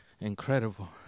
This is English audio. incredible